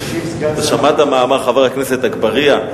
שמעת מה אמר חבר הכנסת אגבאריה?